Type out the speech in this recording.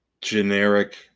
generic